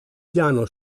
piano